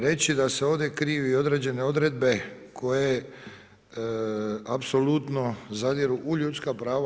Reći da se ovdje kriju i određene odredbe koje apsolutno zadiru u ljudska prava.